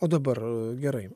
o dabar gerai